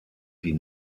die